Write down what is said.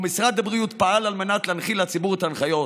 ומשרד הבריאות פעל להנחיל לציבור את ההנחיות,